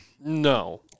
No